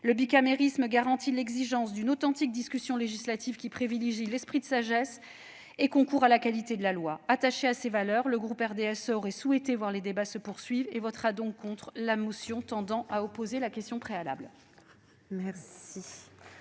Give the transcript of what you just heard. Le bicamérisme garantit l'existence d'une authentique discussion législative, qui privilégie l'esprit de sagesse et concourt à la qualité de la loi. Attaché à ces valeurs, le groupe RDSE aurait souhaité voir les débats se poursuivre et votera donc contre la motion tendant à opposer la question préalable.